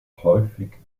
häufig